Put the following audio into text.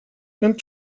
and